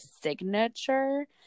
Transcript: signature